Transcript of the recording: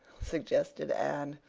suggested anne,